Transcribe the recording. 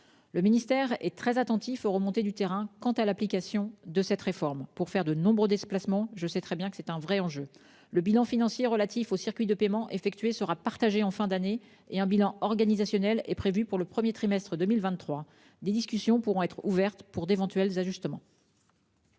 Le ministère est très attentif aux remontées du terrain quant à l'application de cette réforme ; pour accomplir de nombreux déplacements, je sais très bien que c'est un véritable enjeu. Le bilan financier relatif au circuit de paiement effectué sera communiqué en fin d'année et un bilan organisationnel est prévu pour le premier trimestre 2023. Des discussions pourront être ouvertes en vue d'éventuels ajustements.